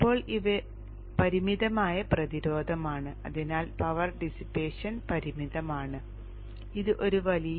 ഇപ്പോൾ ഇവ പരിമിതമായ പ്രതിരോധമാണ് അതിനാൽ പവർ ഡിസ്സിപ്പേഷൻ പരിമിതമാണ് ഇത് ഒരു വലിയ പവർ ഡിസ്സിപ്പേഷൻ ആകാം